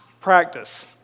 practice